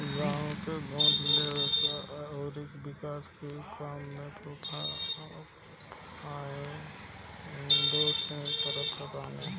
गांव के गोद लेके ओकरी विकास के काम भी फाउंडेशन करत बाने